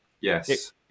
Yes